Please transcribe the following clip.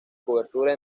cobertura